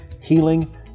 healing